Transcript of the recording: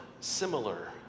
similar